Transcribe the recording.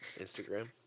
Instagram